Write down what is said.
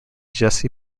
jesse